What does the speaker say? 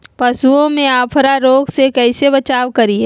पशुओं में अफारा रोग से कैसे बचाव करिये?